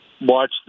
watch